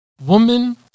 woman